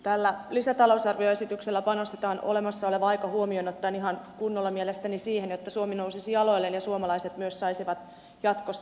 tällä lisätalousarvioesityksellä panostetaan olemassa oleva aika huomioon ottaen mielestäni ihan kunnolla siihen että suomi nousisi jaloilleen ja suomalaiset myös saisivat jatkossa töitä